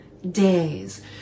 days